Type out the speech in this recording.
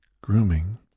grooming